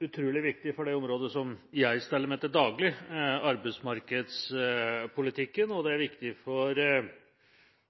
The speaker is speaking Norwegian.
utrolig viktig for det området som jeg steller med til daglig, arbeidsmarkedspolitikken, og det er viktig for